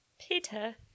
Peter